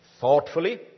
thoughtfully